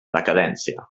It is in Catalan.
decadència